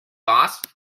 boss